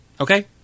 Okay